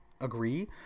agree